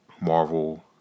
marvel